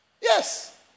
Yes